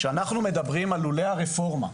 כשאנחנו מדברים על לולי הרפורמה,